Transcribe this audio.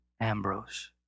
Ambrose